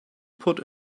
put